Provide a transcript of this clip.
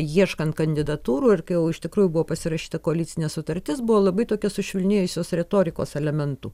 ieškant kandidatūrų ir kai jau iš tikrųjų buvo pasirašyta koalicinė sutartis buvo labai tokių sušvelnėjusios retorikos elementų